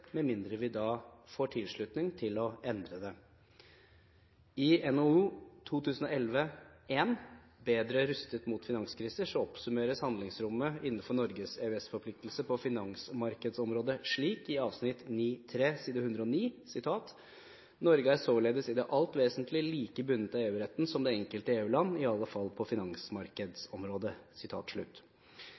med mindre vi får tilslutning til å endre det. I NOU 2011:1 Bedre rustet mot finanskriser oppsummeres handlingsrommet innenfor Norges EØS-forpliktelser på finansmarkedsområdet slik i avsnitt 9.3 side 109: «Norge er således i det alt vesentlige like bundet av EU-retten som det enkelte EU-land, i alle fall på finansmarkedsområdet.»